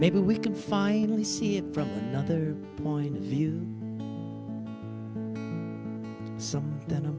aybe we can finally see it from another point of view some then